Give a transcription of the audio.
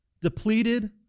depleted